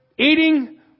Eating